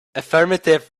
affirmative